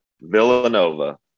Villanova